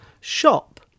Shop